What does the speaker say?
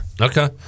Okay